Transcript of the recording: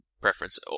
preference